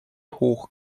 hoch